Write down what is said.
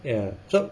ya so